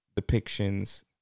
depictions